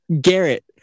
Garrett